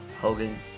Hogan